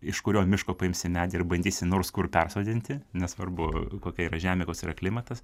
iš kurio miško paimsi medį ir bandysi nors kur persodinti nesvarbu kokia yra žemė koks yra klimatas